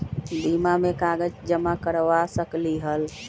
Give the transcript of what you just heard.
बीमा में कागज जमाकर करवा सकलीहल?